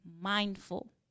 mindful